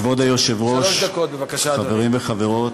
כבוד היושב-ראש, חברים וחברות,